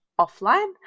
offline